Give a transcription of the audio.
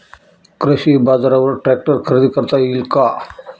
कृषी बाजारवर ट्रॅक्टर खरेदी करता येईल का?